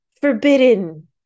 forbidden